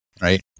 right